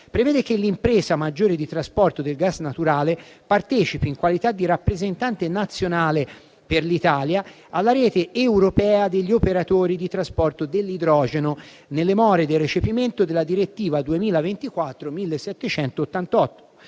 prevede che la maggiore impresa di trasporto del gas naturale partecipi, in qualità di rappresentante nazionale per l'Italia, alla rete europea degli operatori di trasporto dell'idrogeno, nelle more del recepimento della direttiva n. 1788